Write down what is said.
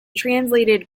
translated